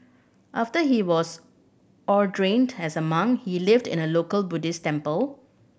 after he was ordained as a monk he lived in a local Buddhist temple